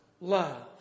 love